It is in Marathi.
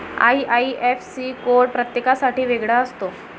आई.आई.एफ.सी कोड प्रत्येकासाठी वेगळा असतो